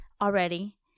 already